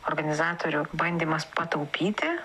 organizatorių bandymas pataupyti